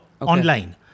online